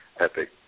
epic